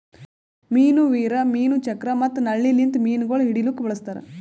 ಮೀನು ವೀರ್, ಮೀನು ಚಕ್ರ ಮತ್ತ ನಳ್ಳಿ ಲಿಂತ್ ಮೀನುಗೊಳ್ ಹಿಡಿಲುಕ್ ಬಳಸ್ತಾರ್